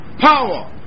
Power